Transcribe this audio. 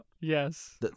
yes